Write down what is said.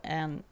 en